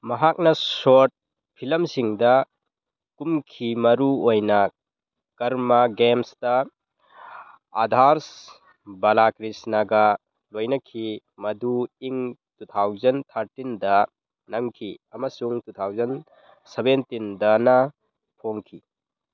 ꯃꯍꯥꯛꯅ ꯁꯣꯔꯠ ꯐꯤꯂꯝꯁꯤꯡꯗ ꯀꯨꯝꯈꯤ ꯃꯔꯨ ꯑꯣꯏꯅ ꯀꯔꯃꯥ ꯒꯦꯝꯁꯇ ꯑꯥꯗꯥꯔꯁ ꯕꯥꯂꯥ ꯀ꯭ꯔꯤꯁꯅꯥꯒ ꯂꯣꯏꯅꯈꯤ ꯃꯗꯨ ꯏꯪ ꯇꯨ ꯊꯥꯎꯖꯟ ꯊꯥꯔꯇꯤꯟꯗ ꯅꯝꯒꯤ ꯑꯃꯁꯨꯡ ꯇꯨ ꯊꯥꯎꯖꯟ ꯁꯕꯦꯟꯇꯤꯟꯗꯅ ꯐꯣꯡꯈꯤ